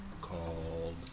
called